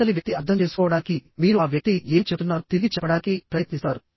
అవతలి వ్యక్తి అర్థం చేసుకోవడానికి మీరు ఆ వ్యక్తి ఏమి చెప్తున్నారో తిరిగి చెప్పడానికి ప్రయత్నిస్తారు